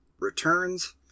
Returns